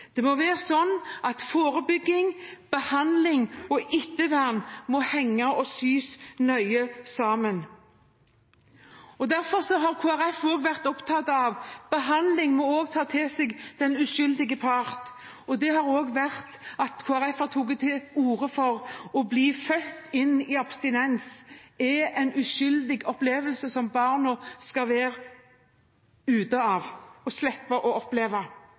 Det må være sånn at forebygging, behandling og ettervern må henge og sys nøye sammen. Derfor har Kristelig Folkeparti også vært opptatt av at behandling også må omfatte den uskyldige part. Det har Kristelig Folkeparti også tatt til orde for, for det å bli født med abstinens er en uforskyldt opplevelse som barn skal være foruten og slippe å oppleve.